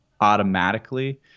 automatically